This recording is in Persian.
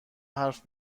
حرف